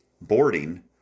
boarding